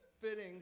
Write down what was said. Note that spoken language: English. fitting